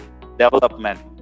development